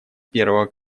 первого